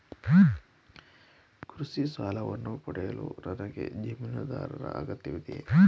ಕೃಷಿ ಸಾಲವನ್ನು ಪಡೆಯಲು ನನಗೆ ಜಮೀನುದಾರರ ಅಗತ್ಯವಿದೆಯೇ?